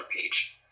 page